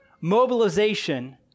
mobilization